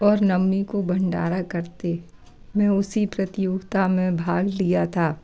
और नम्मी को भंडारा करते मैं उसी प्रतियोगिता में भाग लिया था